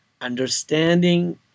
understanding